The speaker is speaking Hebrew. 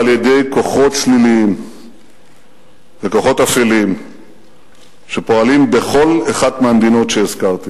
על-ידי כוחות שליליים וכוחות אפלים שפועלים בכל אחת מהמדינות שהזכרתי